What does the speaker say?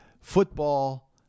football